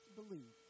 believe